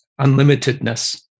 unlimitedness